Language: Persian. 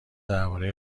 درباره